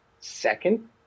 Second